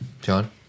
john